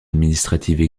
administratives